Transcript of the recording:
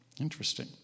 Interesting